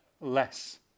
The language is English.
Less